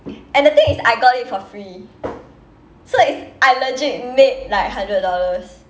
and the thing is I got it for free so it's I legit made like hundred dollars